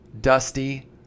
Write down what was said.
dusty